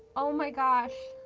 oh my gosh.